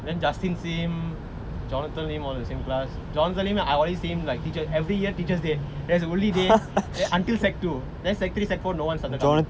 then justin sim jonathan lim all the same class jonathan lim I always see him like teacher every year teachers day there's the only day until secondary two then secondary three secondary four no one started coming